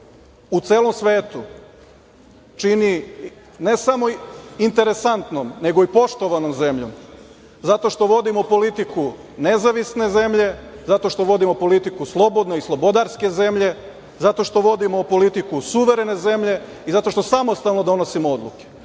u celom svetu čini ne samo interesantnom, nego i poštovanom zemljom zato što vodimo politiku nezavisne zemlje, zato što vodimo politiku slobodne i slobodarske zemlje, zato što vodimo politiku suverene zemlje i zato što samostalno donosimo odluke. To